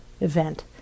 event